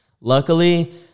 Luckily